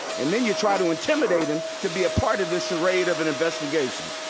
and then you try to intimidate him to be a part of this charade of an investigation.